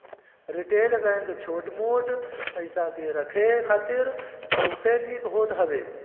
retail bank छोट मोट पईसा के रखे खातिर बहुते निक होत हवे